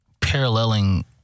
paralleling